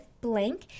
blank